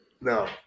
No